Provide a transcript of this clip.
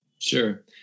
Sure